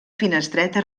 finestreta